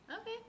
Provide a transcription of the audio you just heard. Okay